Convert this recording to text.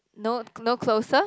no no closer